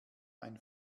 ein